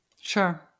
Sure